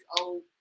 old